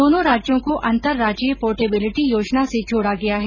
दोनों राज्यों को अंतरराज्यीय पोर्टेबिलिटी योजना से जोडा गया है